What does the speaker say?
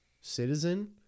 citizen